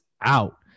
out